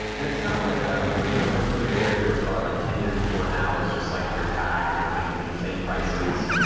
and it's kind of like um you know it's like what the bay area was probably like ten years before now. it's just like you're packed and you're paying insane prices.